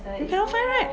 you cannot find right